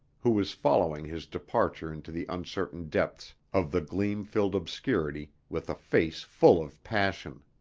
who was following his departure into the uncertain depths of the gleam-filled obscurity with a face full of passion.